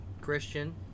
Christian